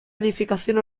edificación